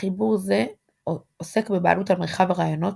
- חיבור זה עוסק בבעלות על מרחב הרעיונות.